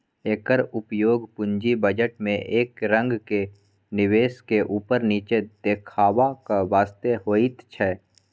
एकर उपयोग पूंजी बजट में एक रंगक निवेश के ऊपर नीचा देखेबाक वास्ते होइत छै